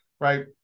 Right